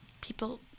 people